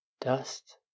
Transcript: Dust